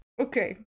okay